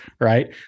right